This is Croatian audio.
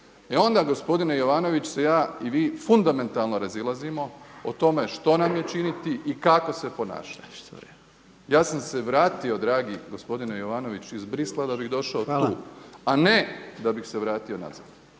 E onda gospodine Jovanović se ja i vi fundamentalno razilazimo o tome što nam je činiti i kako se ponašati. Ja sam se vratio dragi gospodine Jovanović iz Bruxellesa da bih došao tu … …/Upadica Jandroković: